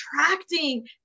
attracting